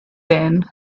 then